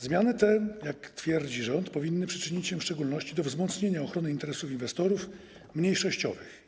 Zmiany te, jak twierdzi rząd, powinny przyczynić się w szczególności do wzmocnienia ochrony interesów inwestorów mniejszościowych.